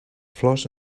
flors